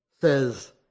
says